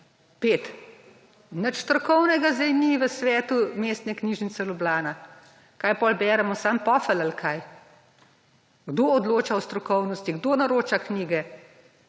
5. Nič strokovnega sedaj ni v Svetu Mestne knjižnice Ljubljana. Kaj, potem beremo samo pofel ali kaj? Kdo odloča o strokovnosti, kdo naroča knjige